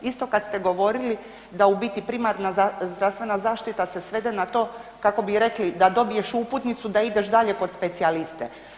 Isto kad ste govorili da u biti primarna zdravstvena zaštita se svede na to kako bi rekli da dobiješ uputnicu da ideš dalje kod specijaliste.